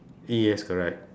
yes correct